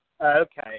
Okay